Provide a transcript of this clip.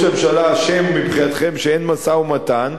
הממשלה אשם מבחינתכם שאין משא-ומתן,